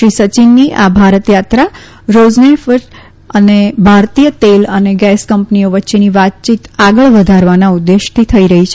શ્રી સચિનની આ ભારત યાત્રા રોઝનેફટ અને ભારતીય તેલ અને ગેસ કંપનીઓ વચ્ચેની વાતચીત આગળ વધારવાના ઉદેશ્યથી થઈ રહી છે